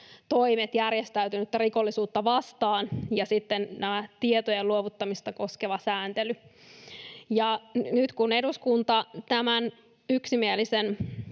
toimet järjestäytynyttä rikollisuutta vastaan ja tietojen luovuttamista koskeva sääntely. Nyt kun eduskunta tämän yksimielisen